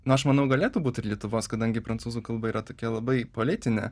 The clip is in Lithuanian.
na aš manau galėtų būt ir lietuvos kadangi prancūzų kalba yra tokia labai politinė